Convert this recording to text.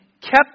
kept